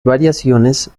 variaciones